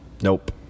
Nope